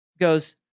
goes